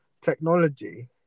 technology